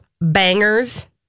bangers